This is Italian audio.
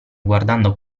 guardando